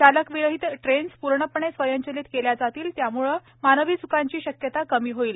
चालकविरहित trains पूर्णपणे स्वयंचलित केल्या जातील ज्याम्ळे मानवी चुकांची शक्यता कमी होईल